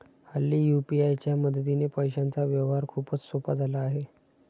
हल्ली यू.पी.आय च्या मदतीने पैशांचा व्यवहार खूपच सोपा झाला आहे